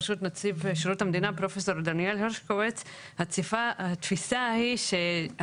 בראשות נציב שירות המדינה פרופ' דניאל הרשקוביץ התפיסה היא שההון